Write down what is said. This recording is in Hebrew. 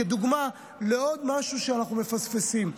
כדוגמה לעוד משהו שאנחנו מפספסים.